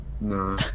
No